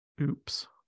Oops